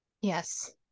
Yes